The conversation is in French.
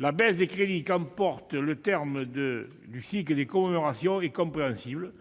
La baisse des crédits qu'emporte la fin du cycle des commémorations est compréhensible,